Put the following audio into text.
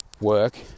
work